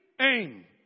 aim